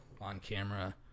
on-camera